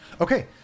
Okay